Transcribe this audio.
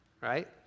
right